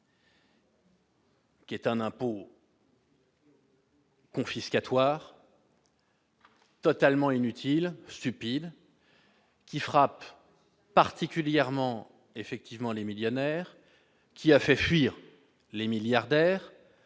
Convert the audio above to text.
qui est un impôt confiscatoire, totalement inutile, stupide, qui frappe particulièrement les millionnaires, qui a fait fuir les milliardaires.